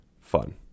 fun